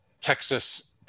Texas